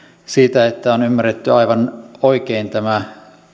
siitä että on ymmärretty aivan oikein tämä